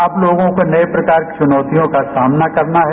आप लोगों को नए प्रकार की च्नौतियों का सामना करना है